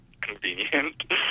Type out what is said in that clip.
convenient